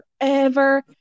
forever